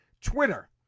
Twitter